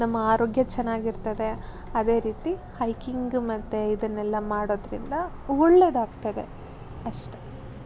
ನಮ್ಮ ಆರೋಗ್ಯ ಚೆನ್ನಾಗಿರ್ತದೆ ಅದೇ ರೀತಿ ಹೈಕಿಂಗ್ ಮತ್ತು ಇದನ್ನೆಲ್ಲ ಮಾಡೋದರಿಂದ ಒಳ್ಳೆಯದಾಗ್ತದೆ ಅಷ್ಟೇ